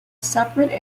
separate